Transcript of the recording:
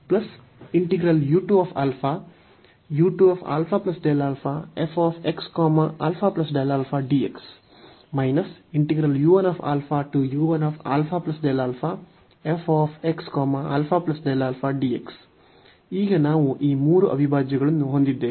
ಈಗ ನಾವು ಈ ಮೂರು ಅವಿಭಾಜ್ಯಗಳನ್ನು ಹೊಂದಿದ್ದೇವೆ